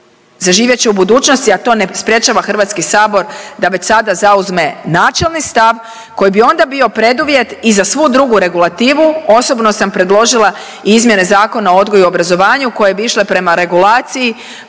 Zaživjet će u budućnosti a to ne sprječava Hrvatski sabor da već sada zauzme načelni stav koji bi onda bio preduvjet i za svu drugu regulativu. Osobno sam predložila i izmjene Zakona o odgoju i obrazovanju koje bi išle prema regulaciji